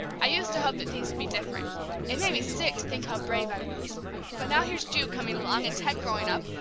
i used to hope that things would be different it makes me sick to think how brave i was but now here's ju coming along, and ted growing up,